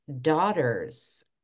Daughters